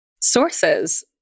sources